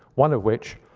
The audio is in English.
one of which